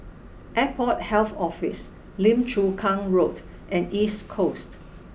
Airport Health Office Lim Chu Kang Road and East Coast